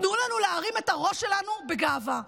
תנו להרים את הראש שלנו בגאווה.